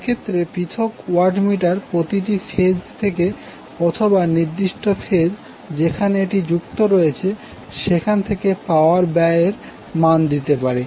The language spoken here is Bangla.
সেক্ষেত্রে পৃথক ওয়াট মিটার প্রতিটি ফেজ থেকে অথবা নির্দিষ্ট ফেজ যেখানে এটি যুক্ত রয়েছে সেখান থেকে পাওয়ার ব্যয় এর মান দিতে পারে